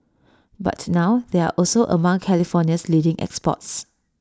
but now they are also among California's leading exports